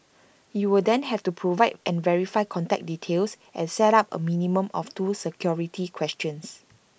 you will then have to provide and verify contact details and set up A minimum of two security questions